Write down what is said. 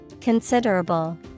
Considerable